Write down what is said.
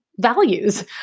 values